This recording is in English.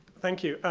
thank you.